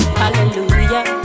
hallelujah